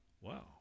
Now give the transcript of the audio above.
Wow